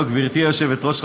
גברתי היושבת-ראש,